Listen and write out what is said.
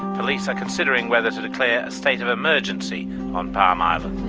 police are considering whether to declare a state of emergency on palm island.